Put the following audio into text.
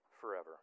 forever